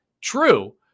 true